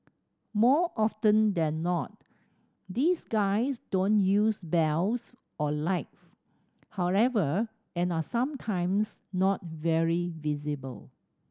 more often than not these guys don't use bells or lights however and are sometimes not very visible